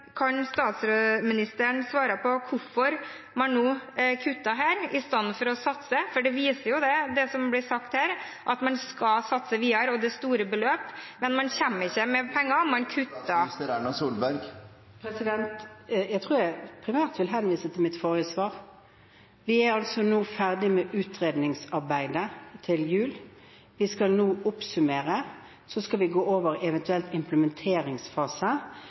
Kan statsministeren svare på hvorfor man nå kutter her istedenfor å satse? For det som blir sagt her, viser at man skal satse videre, og det er store beløp. Men man kommer ikke med pengene, man kutter. Jeg tror jeg primært vil henvise til mitt forrige svar. Vi er altså nå ferdig med utredningsarbeidet til jul. Vi skal nå oppsummere. Så skal vi gå over i en eventuell implementeringsfase,